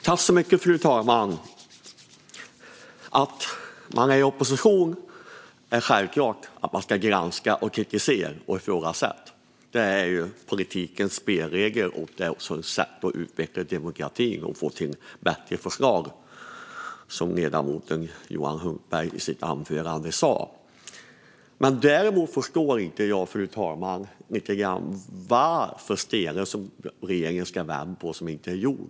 Fru talman! Det är självklart att man ska granska, kritisera och ifrågasätta när man är i opposition. Det är politikens spelregler, och det är också ett sätt att utveckla demokratin och få till bättre förslag, som ledamoten Johan Hultberg sa i sitt anförande. Däremot, fru talman, förstår jag inte vilka stenar det är som regeringen ska vända på som den inte redan har vänt på.